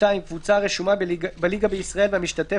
(2) קבוצה הרשומה בליגה בישראל והמשתתפת